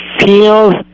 feels